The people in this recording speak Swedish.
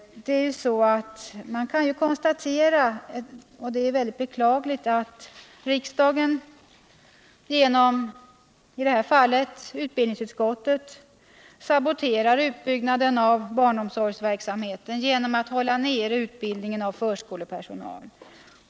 Man konstaterar — och det är mycket beklagligt — att riksdagen, i det här fallet genom utbildningsutskottet. saboterar utbyggnaden av barnomsorgsverksamheten genom att hålla utbildningen av förskolepersonal nere.